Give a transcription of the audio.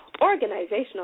organizational